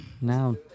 Now